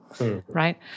Right